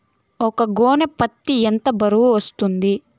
ఒక గోనె పత్తి ఎంత బరువు వస్తుంది?